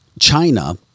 China